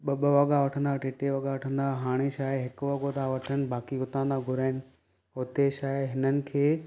ॿ ॿ वॻा वठंदा टे टे वॻा वठंदा हाणे छा आहे हिकु वॻो त वठनि बाक़ी हुतां त घुराइनि हुते छा आहे हिननि खे